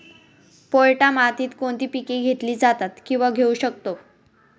पोयटा मातीत कोणती पिके घेतली जातात, किंवा घेऊ शकतो?